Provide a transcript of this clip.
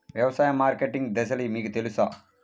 వ్యవసాయ మార్కెటింగ్ దశలు మీకు తెలుసా?